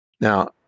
now